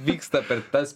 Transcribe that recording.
vyksta per tas